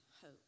hope